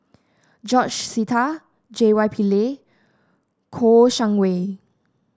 George Sita J Y Pillay Kouo Shang Wei